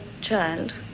child